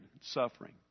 suffering